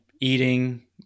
eating